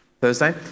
Thursday